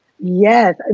Yes